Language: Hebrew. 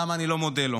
למה אני לא מודה לו.